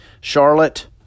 Charlotte